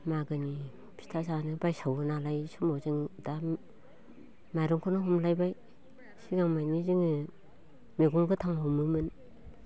मागोनि फिथा जानो बायसावोनालाय समाव जों दा माइरंखौनो हमलायबाय सिगांनिफ्रायनो जोङो मैगं गोथां हमोमोन